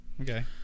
Okay